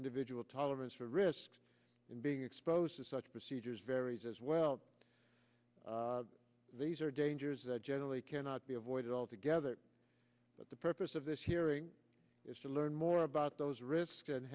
individual tolerance for risk in being exposed to such procedures varies as well these are dangers generally cannot be avoided altogether but the purpose of this hearing is to learn more about those risks and